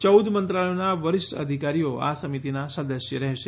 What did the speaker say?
યૌદ મંત્રાલયોના વરિષ્ઠ અધિકારીઓ આ સમિતિના સદસ્ય રહેશે